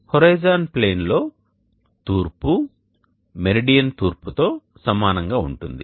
horizon ప్లేన్లో తూర్పు meridian తూర్పుతో సమానంగా ఉంటుంది